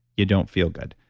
you don't feel good.